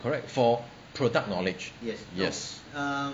correct for product knowledge yes yes